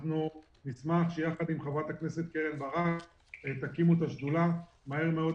אנחנו נשמח שיחד עם חברת הכנסת קרן ברק תקימו את השדולה מהר מאוד,